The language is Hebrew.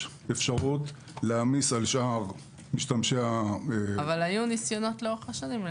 אפשרות להעמיס על שאר- -- אבל היו ניסיונות לאורך השנים.